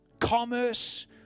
Commerce